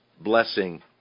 blessing